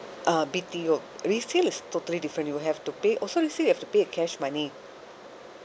uh B_T_O refill is totally different you will have to pay also let's say you have to be a cash money